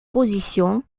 positions